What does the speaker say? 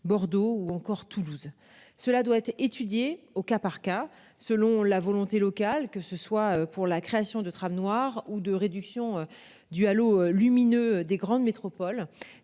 Bordeaux ou encore Toulouse. Cela doit être étudiée au cas par cas selon la volonté locale que ce soit pour la création de 3 femmes noires ou de réduction du halo lumineux des grandes métropoles,